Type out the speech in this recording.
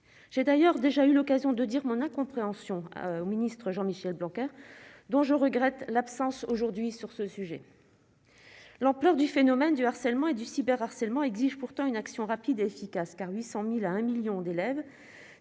j'ai d'ailleurs déjà eu l'occasion de dire mon incompréhension au ministre Jean-Michel Blanquer dont je regrette l'absence aujourd'hui sur ce sujet, l'ampleur du phénomène du harcèlement et du cyber harcèlement exige pourtant une action rapide, efficace, car 800 1000 à un 1000000 d'élèves